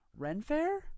Renfair